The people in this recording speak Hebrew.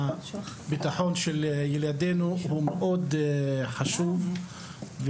הביטחון של ילדינו הוא מאוד חשוב,